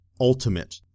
ultimate